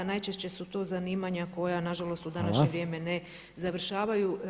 Najčešće su to zanimanja koja na žalost u današnje vrijeme [[Upadica Reiner: Hvala.]] ne završavaju.